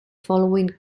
following